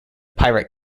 pirate